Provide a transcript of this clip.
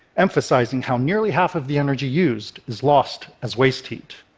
emphasizing how nearly half of the energy used is lost as waste heat.